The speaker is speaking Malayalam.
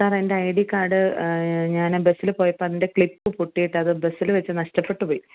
സാർ എന്റെ ഐ ഡി കാർഡ് ഞാൻ ബസ്സിൾ പോയപ്പോൾ അതിന്റെ ക്ലിപ്പ് പൊട്ടിയിട്ട് അത് ബസ്സിൽ വെച്ച് നഷ്ടപ്പെട്ട് പോയി